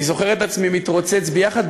אני זוכר את עצמי מתרוצץ ביחד,